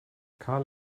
karl